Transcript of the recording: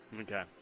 Okay